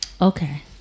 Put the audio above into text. Okay